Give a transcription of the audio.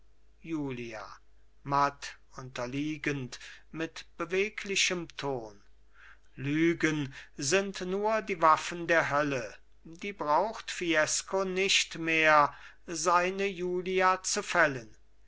julia matt unterliegend mit beweglichem ton lügen sind nur die waffen der hölle die braucht fiesco nicht mehr seine julia zu fällen